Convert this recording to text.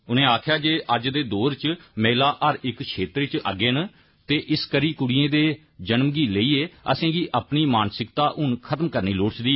उनें आक्खेआ जे अज्ज दे दौर इच महिला हर इक क्षेत्र इच अग्गै न ते इसकरी कुड़िएं दे जनम गी लैईये असेंगी अपनी मानसकिता हुन खत्म करनी लोड़चदी